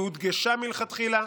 היא הודגשה מלכתחילה,